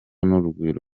n’urugwiro